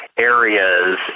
areas